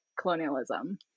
colonialism